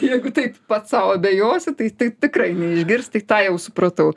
jeigu taip pats sau abejosi tai tai tikrai neišgirs tai tą jau supratau